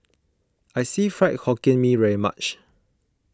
I see Fried Hokkien Mee very much